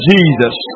Jesus